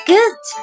Good